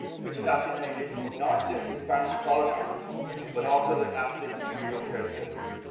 which fascinated not just the spanish colonizers but also their aztec imperial predecessors.